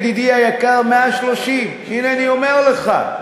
ידידי היקר: 130. הנה אני אומר לך: